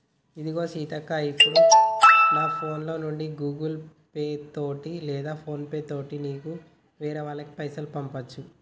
ఇదిగో సీతక్క ఇప్పుడు నా ఫోన్ లో నుండి గూగుల్ పే తోటి లేదా ఫోన్ పే తోటి నీకు వేరే వాళ్ళకి పైసలు పంపొచ్చు